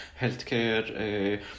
healthcare